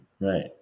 Right